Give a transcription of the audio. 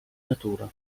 natura